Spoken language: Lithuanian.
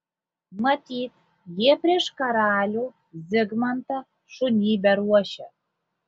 matyt jie prieš karalių zigmantą šunybę ruošia